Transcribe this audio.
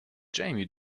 jamie